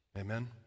Amen